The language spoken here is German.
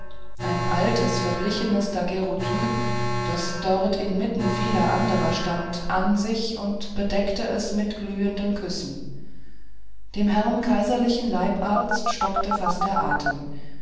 ein altes verblichener daguerreotyp das dort inmitten vieler anderer stand an sich und bedeckte es mit glühenden küssen dem herrn kaiserlichen leibarzt stockte fast der atem